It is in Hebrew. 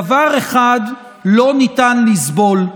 דבר אחד לא ניתן לסבול,